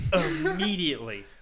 immediately